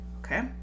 Okay